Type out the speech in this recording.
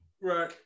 Right